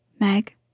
Meg